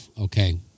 okay